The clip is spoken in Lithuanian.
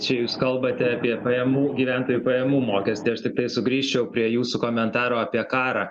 čia jūs kalbate apie pajamų gyventojų pajamų mokestį aš tiktai sugrįžčiau prie jūsų komentaro apie karą